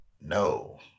No